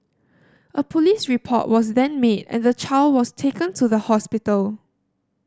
a police report was then made and the child was taken to the hospital